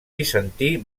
bizantí